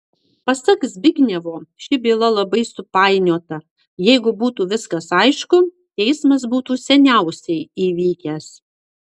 pasak zbignevo ši byla labai supainiota jeigu būtų viskas aišku teismas būtų seniausiai įvykęs